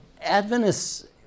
Adventists